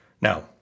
Now